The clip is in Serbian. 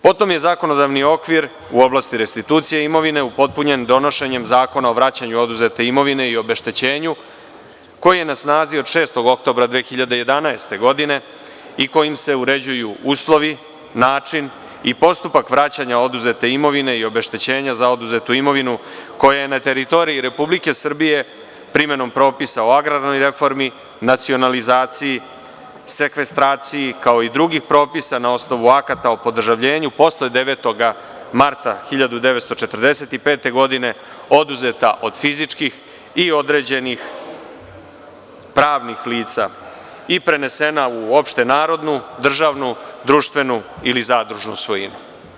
Potom je zakonodavni okvir u oblasti restitucije imovine upotpunjen donošenjem zakona o vraćanju oduzete imovine i obeštećenju, koji je na snazi od 6. oktobra 2011. godine i kojim se uređuju uslovi, način i postupak vraćanja oduzete imovine i obeštećenja za oduzetu imovinu koja je na teritoriji Republike Srbije primenom propisa o agrarnoj reformi, nacionalizaciji, sekvestraciji, kao i drugih propisa na osnovu akata o podržavljenju, posle 9. marta 1945. godine oduzeta od fizičkih i određenih pravnih lica i prenesena u opšte narodnu, državnu, društvenu ili zadružnu svojinu.